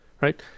Right